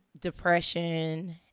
depression